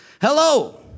Hello